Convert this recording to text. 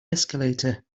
escalator